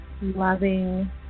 loving